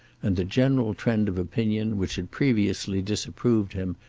and the general trend of opinion, which had previously disapproved him,